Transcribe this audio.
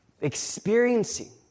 experiencing